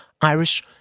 Irish